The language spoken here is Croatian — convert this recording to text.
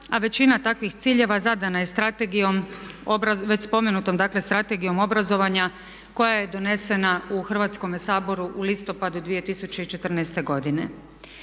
već spomenutom dakle Strategijom obrazovanja koja je donesena u Hrvatskome saboru u listopadu 2014. godine.